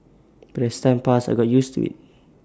but as time passed I got used to IT